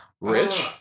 Rich